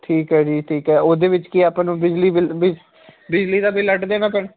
ਠੀਕ ਹੈ ਜੀ ਠੀਕ ਹੈ ਉਹਦੇ ਵਿੱਚ ਕੀ ਆਪਾਂ ਨੂੰ ਬਿਜਲੀ ਬਿੱਲ ਬਿਜ ਬਿਜਲੀ ਦਾ ਬਿੱਲ ਅੱਡ ਦੇਣਾ ਪੈਣਾ